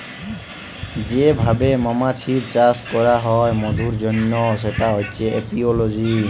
যে ভাবে মমাছির চাষ ক্যরা হ্যয় মধুর জনহ সেটা হচ্যে এপিওলজি